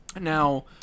now